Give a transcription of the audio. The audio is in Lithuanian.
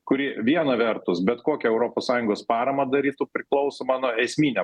kuri viena vertus bet kokią europos sąjungos paramą darytų priklausomą nuo esminio